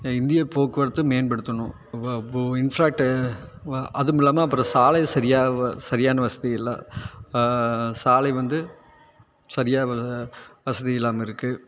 இந்தியப் போக்குவரத்து மேம்படுத்தணும் அப் அப்போது இன் ஃபிராக்ட்டு அதுமில்லாமல் அப்புறம் சாலை சரியாக வ சரியான வசதி இல்லை சாலை வந்து சரியாக வசதி இல்லாமல் இருக்குது